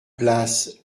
place